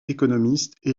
économistes